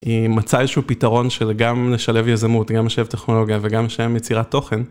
היא מצאה איזשהו פתרון של גם לשלב יזמות גם לשלב טכנולוגיה וגם לשלב יצירת תוכן.